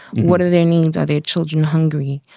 what are their needs? are their children hungry?